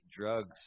drugs